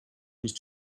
nicht